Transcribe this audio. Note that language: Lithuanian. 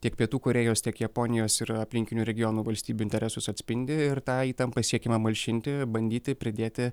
tiek pietų korėjos tiek japonijos ir aplinkinių regionų valstybių interesus atspindi ir tą įtampą siekiama malšinti bandyti pridėti